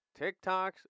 TikToks